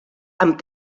amb